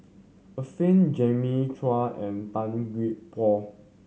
Arifin Jimmy Chok and Tan Gee Paw